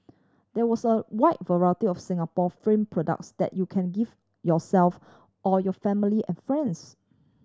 there was a wide variety of Singapore fame products that you can gift yourself or your family and friends